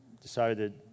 decided